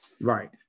Right